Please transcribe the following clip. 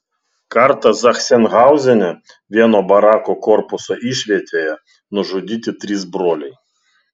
kartą zachsenhauzene vieno barako korpuso išvietėje nužudyti trys broliai